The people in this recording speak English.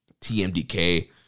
TMDK